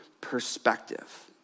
perspective